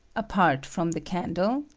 a part from the candle,